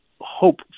hope